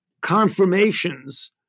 confirmations